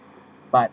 but